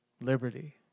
liberty